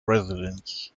residents